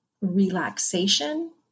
relaxation